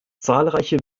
zahlreiche